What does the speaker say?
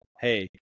Hey